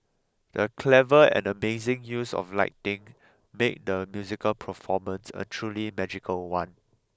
the clever and amazing use of lighting made the musical performance a truly magical one